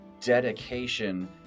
dedication